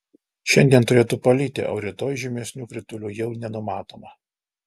šiandien turėtų palyti o rytoj žymesnių kritulių jau nenumatoma